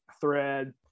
thread